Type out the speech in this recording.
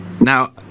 Now